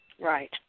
Right